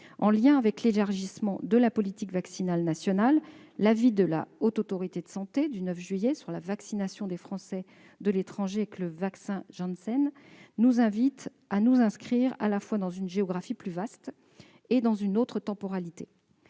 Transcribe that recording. en lien avec l'élargissement de la politique vaccinale nationale. L'avis de la Haute Autorité de santé du 9 juillet dernier sur la vaccination des Français de l'étranger avec le vaccin Janssen nous invite à nous inscrire à la fois dans une géographie plus vaste et dans une autre temporalité.